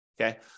okay